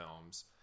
films